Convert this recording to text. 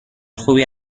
خوبی